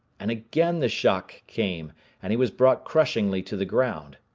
and again the shock came and he was brought crushingly to the ground.